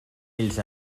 ells